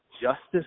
justice